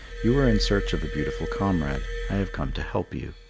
you are in search of a beautiful comrade. i have come to help you.